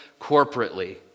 corporately